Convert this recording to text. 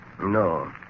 No